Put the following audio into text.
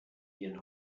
ihren